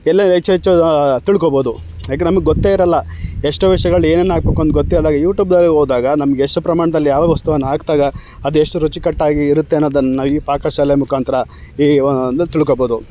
ಎಲ್ಲ ಹೆಚ್ಚು ಹೆಚ್ಚೂ ತಿಳ್ಕೊಬೋದು ಯಾಕೆ ನಮ್ಗೆ ಗೊತ್ತೇ ಇರೋಲ್ಲ ಎಷ್ಟೋ ವಿಷಯಗಳು ಏನೇನು ಹಾಕ್ಬೇಕು ಅಂತ ಗೊತ್ತಿಲ್ದಾಗ ಯೂಟೂಬ್ದಲ್ಲಿ ಹೋದಾಗ ನಮ್ಗೆ ಎಷ್ಟು ಪ್ರಮಾಣ್ದಲ್ಲಿ ಯಾವ್ಯಾವ ವಸ್ತುವನ್ನು ಹಾಕ್ದಾಗ ಅದೆಷ್ಟು ರುಚಿಕಟ್ಟಾಗಿ ಇರುತ್ತೆ ಅನ್ನೋದನ್ನು ಈ ಪಾಕಶಾಲೆ ಮುಖಾಂತ್ರ ಈ ಒಂದು ತಿಳ್ಕೊಬೋದು